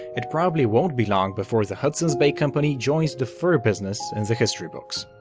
it probably won't be long before the hudson's bay company joins the fur business in the history books.